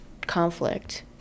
conflict